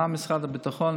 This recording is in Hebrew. מה משרד הביטחון,